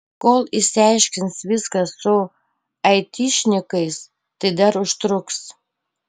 kol išsiaiškins viską su aitišnikais tai dar užtruks